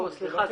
לא, סליחה.